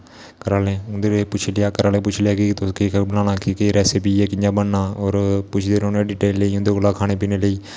दिने पुच्छी लेआ घरा आहले कोला पुच्छी लेआ कि तुस केह् केह् बनाना केह् केह् रेस्पी ऐ केह् केह् बनना और पुच्छदे रोहने हा डिटेल लेई ओंदे कोला खाने पीने लेई